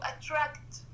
attract